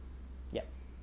yup